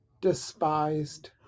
despised